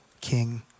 king